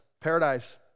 Paradise